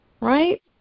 right